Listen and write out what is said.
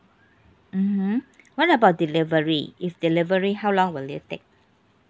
mmhmm what about delivery if delivery how long will it take